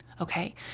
Okay